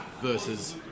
versus